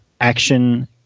action